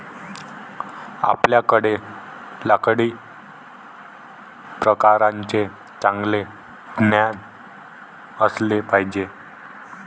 आपल्याकडे लाकडी प्रकारांचे चांगले ज्ञान असले पाहिजे